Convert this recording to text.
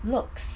looks